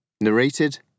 Narrated